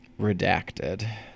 Redacted